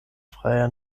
freier